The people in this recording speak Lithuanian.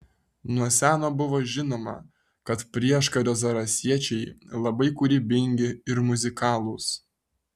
nuo seno buvo žinoma kad prieškario zarasiečiai labai kūrybingi ir muzikalūs